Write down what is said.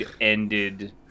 ended